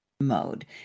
mode